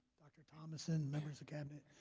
dr. thomason members of cabinet